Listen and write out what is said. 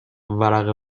ورقه